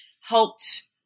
helped